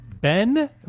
Ben